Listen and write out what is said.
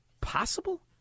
possible